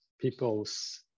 people's